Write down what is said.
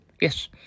Yes